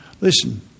Listen